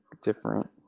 different